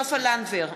סופה לנדבר,